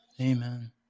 Amen